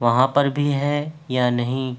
وہاں پر بھی ہے یا نہیں